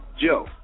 Joe